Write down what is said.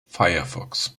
firefox